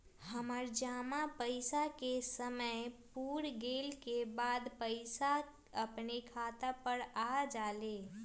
हमर जमा पैसा के समय पुर गेल के बाद पैसा अपने खाता पर आ जाले?